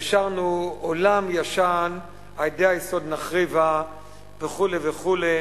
שרנו: "עולם ישן, עדי היסוד נחריבה" וכו' וכו',